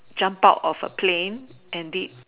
jump out of a plane and did